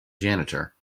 janitor